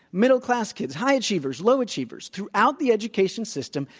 middle class kids, high achievers, low achievers. throughout the education system,